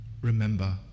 remember